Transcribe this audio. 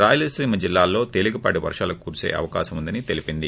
రాయలసీమ జిల్లాల్లో తేలికపాటి వర్షాలు కురిసే అవకాశం ఉందని తెలీపింది